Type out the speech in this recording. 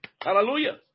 Hallelujah